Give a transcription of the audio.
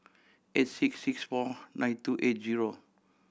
eight six six four nine two eight zero